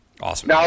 Awesome